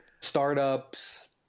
startups